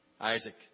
Isaac